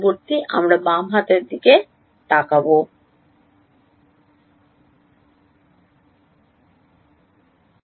পরবর্তী বাম হাত দিকে তাকান